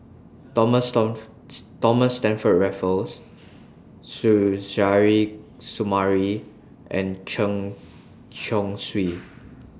Thomas Stamford Raffles Suzairhe Sumari and Chen Chong Swee